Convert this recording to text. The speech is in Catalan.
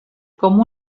com